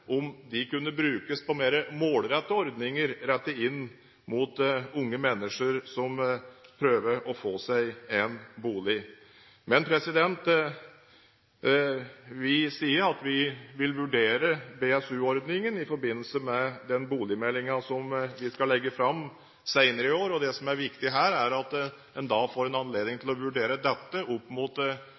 om det kunne brukes på mer målrettede ordninger rettet inn mot unge mennesker som prøver å få seg en bolig, men vi sier at vi vil vurdere BSU-ordningen i forbindelse med den boligmeldingen som vi skal legge fram senere i år. Det som er viktig her, er at en da får anledning til å vurdere dette opp mot